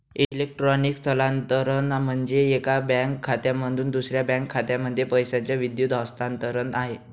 electronic स्थलांतरण म्हणजे, एका बँक खात्यामधून दुसऱ्या बँक खात्यामध्ये पैशाचं विद्युत हस्तांतरण आहे